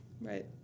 Right